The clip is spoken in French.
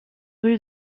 rue